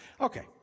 Okay